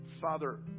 Father